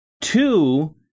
Two